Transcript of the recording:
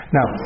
Now